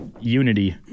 Unity